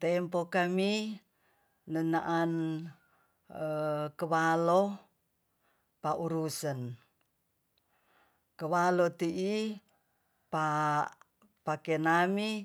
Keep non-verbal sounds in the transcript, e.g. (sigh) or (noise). Tempo kami nanaan (hesitation) kewalo paurusen kewalo tii pa pakenami